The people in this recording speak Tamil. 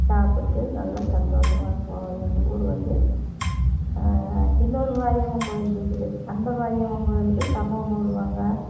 சாப்பிட்டு நல்லா சந்தோஷமா இருப்போம் எங்கள் ஊர் வந்து இன்னொரு மாரியம்மன் கோயில் இருக்குது அந்த மாரியம்மன் கோயிலுக்கு கம்பம் போடுவாங்க